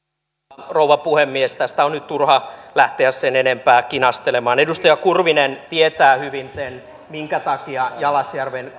arvoisa rouva puhemies tästä on nyt turha lähteä sen enempää kinastelemaan edustaja kurvinen tietää hyvin sen minkä takia jalasjärven